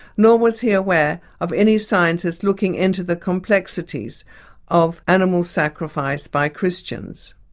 nor was he aware of any scientists looking into the complexities of animal sacrifice by christians.